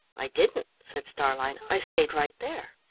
i didn't, said starlein. i stayed right there.